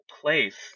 place